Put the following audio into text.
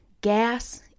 gas